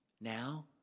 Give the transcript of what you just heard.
Now